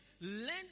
lend